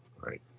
Right